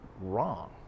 wrong